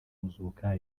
muzuka